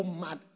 mad